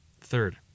Third